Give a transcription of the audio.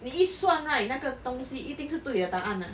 你一算 right 那个东西一定是对的答案 lah